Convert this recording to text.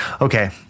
Okay